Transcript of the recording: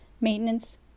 maintenance